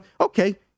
Okay